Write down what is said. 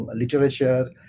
literature